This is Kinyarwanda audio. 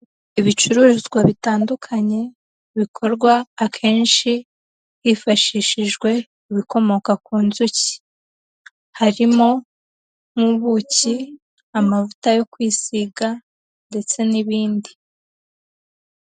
Ibicuruzwa bitandukanye, bikorwa akenshi hifashishijwe ibikomoka ku nzuki, harimo nk'ubuki, amavuta yo kwisiga ndetse n'ibindi.